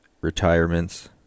retirements